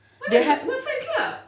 what is that what fan club